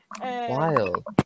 wild